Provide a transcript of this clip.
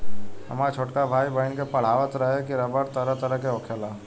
हामर छोटका भाई, बहिन के पढ़ावत रहे की रबड़ तरह तरह के होखेला